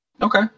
Okay